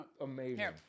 amazing